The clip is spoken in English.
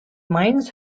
mines